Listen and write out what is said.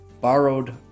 borrowed